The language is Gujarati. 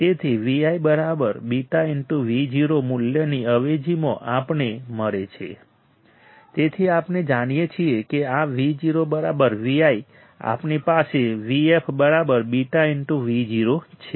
તેથી VfβVo મૂલ્યની અવેજીમાં આપણને મળે છે તેથી આપણે જાણીએ છીએ કે આ VoVi આપણી પાસે VfβVo છે